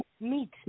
meat